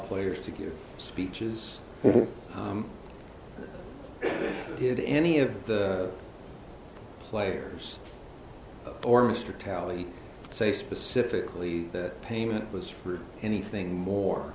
players to give speeches did any of the players or mr talley say specifically that payment was anything more